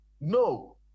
No